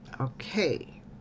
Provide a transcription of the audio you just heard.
okay